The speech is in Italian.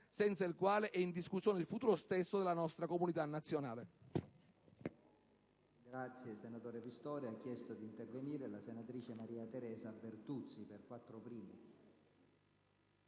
senza il quale è in discussione il futuro stesso della nostra comunità nazionale.